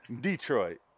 Detroit